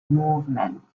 movement